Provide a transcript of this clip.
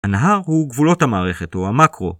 ‫הנהר הוא גבולות המערכת, הוא המקרו.